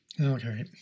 Okay